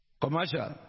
Commercial